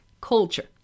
culture